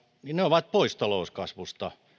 ovat pois talouskasvusta